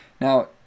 Now